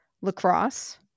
lacrosse